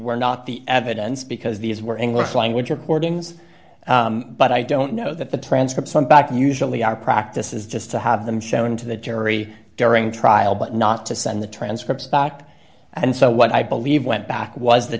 were not the evidence because these were english language recordings but i don't know that the transcript some back usually our practice is just to have them show into the jury during trial but not to send the transcripts back and so what i believe went back was the